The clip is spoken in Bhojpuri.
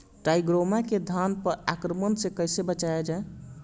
टाइक्रोग्रामा के धान पर आक्रमण से कैसे बचाया जाए?